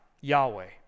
Yahweh